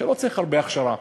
שלא צריך הרבה הכשרה,